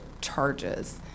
charges